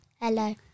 Hello